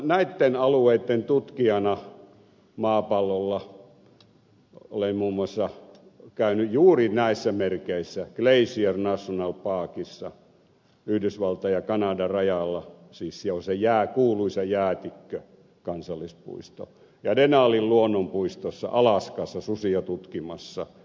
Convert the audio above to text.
näitten alueitten tutkijana maapallolla olen muun muassa käynyt juuri näissä merkeissä glacier national parkissa yhdysvaltojen ja kanadan rajalla siellä on se kuuluisa jäätikkö kansallispuisto ja denalin luonnonpuistossa alaskassa susia tutkimassa